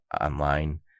online